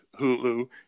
Hulu